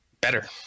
better